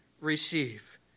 receive